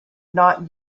not